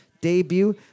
debut